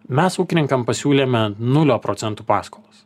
mes ūkininkam pasiūlėme nulio procentų paskolas